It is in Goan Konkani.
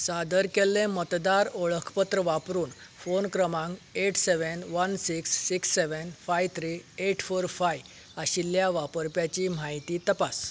सादर केल्लें मतदार ओळखपत्र वापरून फोन क्रमांक eight seven one six six seven five three eight four five आशिल्ल्या वापरप्याची म्हायती तपास